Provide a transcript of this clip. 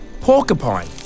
porcupine